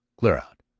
clear out.